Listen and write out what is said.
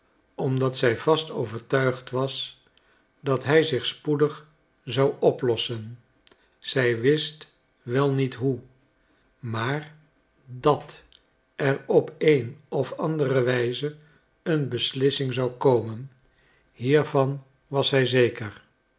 omdat zij vast overtuigd was dat hij zich spoedig zou oplossen zij wist wel niet hoe maar dat er op een of andere wijze een beslissing zou komen hiervan was zij zeker